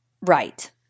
Right